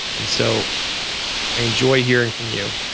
and so i enjoy hearing from you.